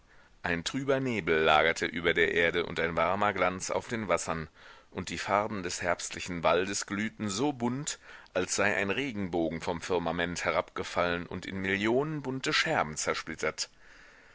ein trüber nebel lagerte über der erde und ein warmer glanz auf den wassern und die farben des herbstlichen waldes glühten so bunt als sei ein regenbogen vom firmament herabgefallen und in millionen bunte scherben zersplittert